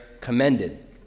commended